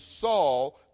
Saul